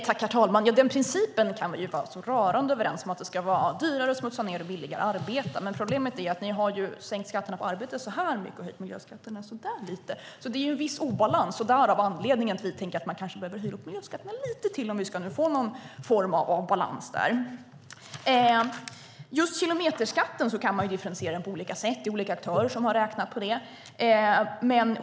Herr talman! Principen kan vi vara rörande överens om. Det ska vara dyrare att smutsa ned och lönsamt att arbeta. Problemet är dock att ni har sänkt skatten på arbete väldigt mycket medan ni har höjt miljöskatterna väldigt lite. Det finns alltså en viss obalans. Det är anledningen till att vi vill höja miljöskatterna lite till, så att vi kan få balans där. Just kilometerskatten kan man differentiera på olika sätt. Olika aktörer har räknat på det.